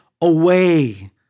away